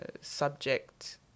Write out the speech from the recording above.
subject